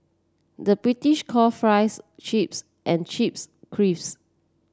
the British call fries chips and chips crisps